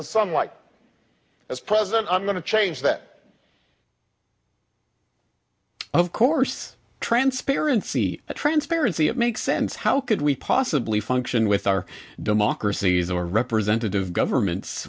somewhat as president i'm going to change that of course transparency and transparency it makes sense how could we possibly function with our democracies are representative government